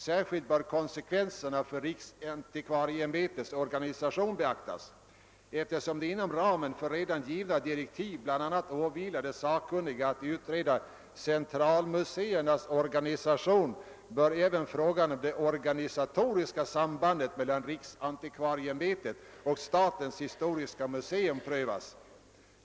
Särskilt bör konsekvenserna för riksantikvarieämbetets organisation beaktas. Eftersom det inom ramen för redan givna direktiv bl.a. åvilar de sakkunniga att utreda centralmuseernas organisation, bör även frågan om det organisatoriska sambandet mellan riksantikvarieämbetet och statens historiska museum prövas.